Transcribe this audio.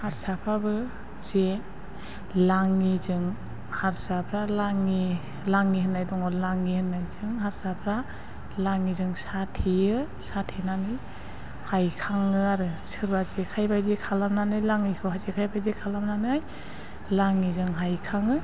हारसाफ्राबो जे लाङिजों हारसाफोरा लाङि होननाय दङ लाङि होननायजों हारसाफ्रा लाङिजों साथेयो साथेनानै हायखाङो आरो सोरबा जेखाइ बायदि खालामनानै लाङिखौहाय जेखाइ बायदि खालामनानै लाङिजों हायखाङो